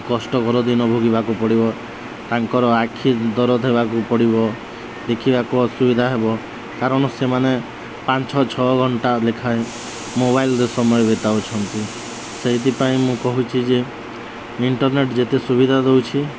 କଷ୍ଟକର ଦିନ ଭୋଗିବାକୁ ପଡ଼ିବ ତାଙ୍କର ଆଖି ଦରଜ ହେବାକୁ ପଡ଼ିବ ଦେଖିବାକୁ ଅସୁବିଧା ହେବ କାରଣ ସେମାନେ ପାଞ୍ଚ ଛଅ ଘଣ୍ଟା ଲେଖାଏଁ ମୋବାଇଲ୍ରେ ସମୟ ବିତାଉଛନ୍ତି ସେଇଥିପାଇଁ ମୁଁ କହୁଛି ଯେ ଇଣ୍ଟରନେଟ୍ ଯେତେ ସୁବିଧା ଦଉଛି